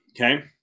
okay